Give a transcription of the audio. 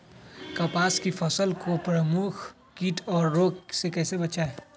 कपास की फसल को प्रमुख कीट और रोग से कैसे बचाएं?